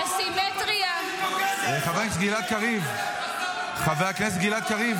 תגנה כשחברת כנסת נעמדת ונואמת מול רעולי